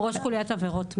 ראש חוליית עבירות מין.